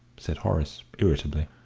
said horace, irritably.